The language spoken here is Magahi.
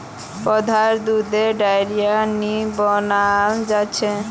पौधार दुध डेयरीत नी बनाल जाछेक